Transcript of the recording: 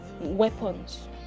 weapons